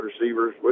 receivers